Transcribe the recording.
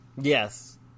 Yes